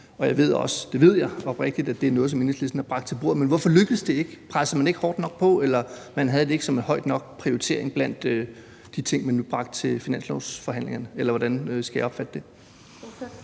jeg oprigtigt – at det er noget, som Enhedslisten har bragt til bordet, men hvorfor lykkes det ikke? Presser man ikke hårdt nok på, eller havde man det ikke som en høj nok prioritering blandt de ting, man nu bragte til finanslovsforhandlingerne? Eller hvordan skal jeg opfatte det?